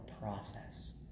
process